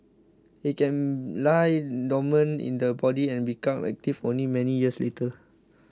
it can lie dormant in the body and become active only many years later